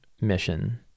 mission